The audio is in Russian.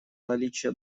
наличие